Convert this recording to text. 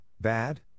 bad